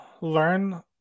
learn